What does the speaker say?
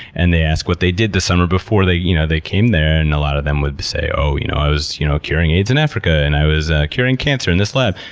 and they ask what they did this summer before they you know they came there and a lot of them would say, you know, i was you know curing aids in africa, and, i was curing cancer in this lab.